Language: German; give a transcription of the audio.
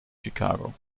chicago